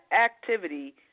activity